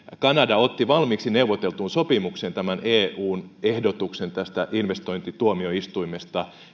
kanada otti valmiiksi neuvoteltuun sopimukseen tämän eun ehdotuksen tästä investointituomioistuimesta